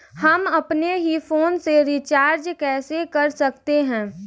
हम अपने ही फोन से रिचार्ज कैसे कर सकते हैं?